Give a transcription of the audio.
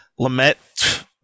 Lamette